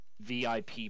VIP